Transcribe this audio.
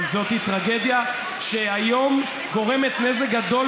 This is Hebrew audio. אבל זאת היא טרגדיה שהיום גורמת נזק גדול